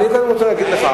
אני קודם רוצה להגיד לך,